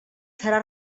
serà